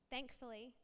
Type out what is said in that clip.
Thankfully